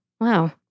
Wow